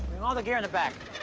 all the gear in the back.